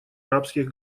арабских